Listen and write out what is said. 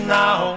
now